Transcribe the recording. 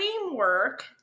framework